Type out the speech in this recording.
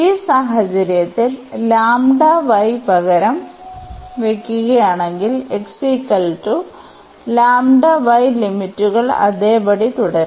ഈ സാഹചര്യത്തിൽ പകരം വയ്ക്കുകയാണെങ്കിൽ ലിമിറ്റുകൾ അതേപടി തുടരും